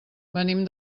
venim